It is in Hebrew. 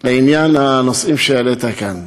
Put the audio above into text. לעניין הנושאים שהעלית כאן,